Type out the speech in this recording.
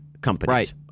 companies